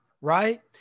right